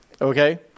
okay